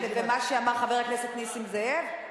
כפי שאמר חבר הכנסת נסים זאב.